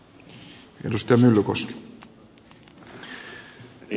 arvoisa puhemies